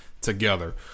together